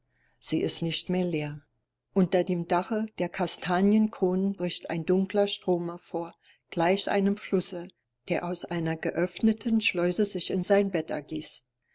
sie ist nicht mehr leer unter dem dache der kastanienkronen bricht ein dunkler strom hervor gleich einem fluße der aus einer geöffneten schleuse sich in sein bett ergießt